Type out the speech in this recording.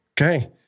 Okay